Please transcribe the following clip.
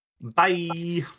Bye